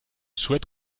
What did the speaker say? souhaite